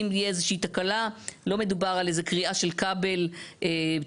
אם תהיה איזושהי תקלה לא מדובר על איזושהי קריעה של כבל תקשורת,